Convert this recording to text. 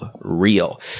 real